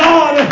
God